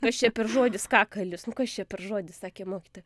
kas čia per žodis kakalis nu kas čia per žodis sakė mokytoja